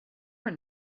were